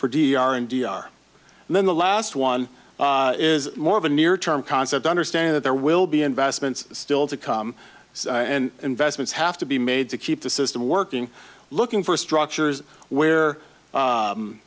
for d d r and d r and then the last one is more of a near term concept understand that there will be investments still to come and investments have to be made to keep the system working looking for structures where